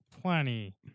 plenty